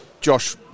Josh